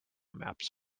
maps